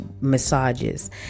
massages